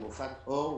היא רופאת עור,